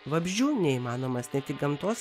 vabzdžių neįmanomas ne tik gamtos